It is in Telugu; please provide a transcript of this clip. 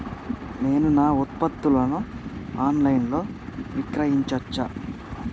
నేను నా ఉత్పత్తులను ఆన్ లైన్ లో విక్రయించచ్చా?